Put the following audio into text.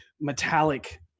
metallic